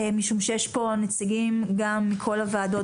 משום שיש פה נציגים מכל הוועדות,